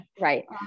Right